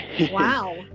Wow